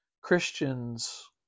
Christians